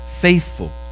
faithful